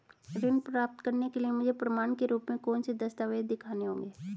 ऋण प्राप्त करने के लिए मुझे प्रमाण के रूप में कौन से दस्तावेज़ दिखाने होंगे?